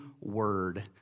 word